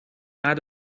naar